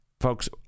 folks